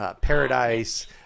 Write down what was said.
paradise